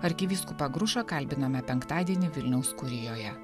arkivyskupą grušą kalbiname penktadienį vilniaus kurijoje